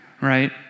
right